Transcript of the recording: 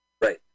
Right